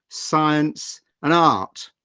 science and art.